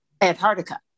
antarctica